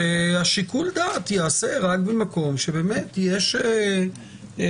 ששיקול הדעת ייעשה רק במקום שיש תועלת